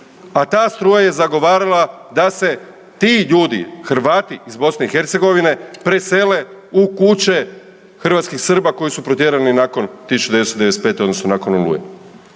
A ta struja je zagovarala da se ti ljudi Hrvati iz Bosne i Hercegovine presele u kuće hrvatskih Srba koji su protjerani nakon 1995. odnosno nakon Oluje.